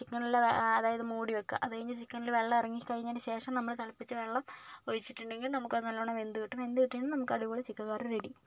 ചിക്കനിൽ അതായത് മൂടി വെക്കുക അത് കഴിഞ്ഞ് ചിക്കനിൽ വെള്ളം ഇറങ്ങി കഴിഞ്ഞ ശേഷം നമ്മൾ തിളപ്പിച്ച വെള്ളം ഒഴിച്ചിട്ടുണ്ടെങ്കിൽ നമുക്ക് അത് നല്ലവണ്ണം വെന്ത് കിട്ടും വെന്ത് കിട്ടിയാൽ അടിപൊളി ചിക്കൻ കറി റെഡി